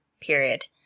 period